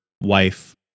wife